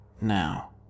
Now